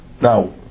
Now